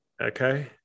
okay